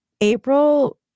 April